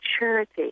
maturity